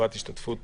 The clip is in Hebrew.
לטובת השתתפות